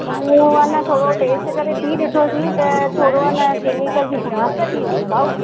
त मूं आहे न थोरो टेस्ट करे पी ॾिठोसीं त थोरो आहे न केमिकल जी बांस बि हुई भाऊ